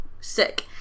sick